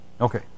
Okay